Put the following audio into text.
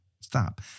stop